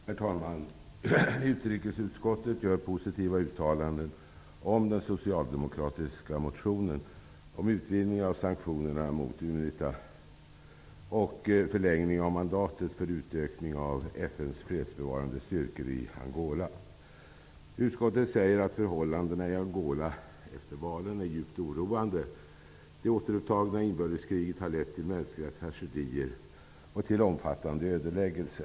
Herr talman! Utrikesutskottet gör positiva uttalanden om den socialdemokratiska motionen beträffande utvidgning av sanktionerna mot Unita och förlängning av mandatet för utökning av FN:s fredsbevarande styrkor i Angola. Utskottet säger att förhållandena i Angola efter valen är djupt oroande. Det återupptagna inbördeskriget har lett till mänskliga tragedier och omfattande ödeläggelse.